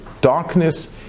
darkness